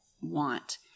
want